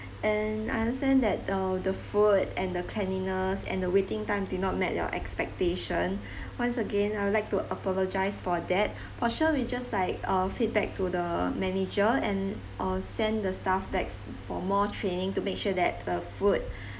and I understand that uh the food and the cleanliness and the waiting time did not met your expectation once again I would like to apologise for that for sure we just like uh feedback to the manager and uh send the staff back for more training to make sure that the food